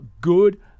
good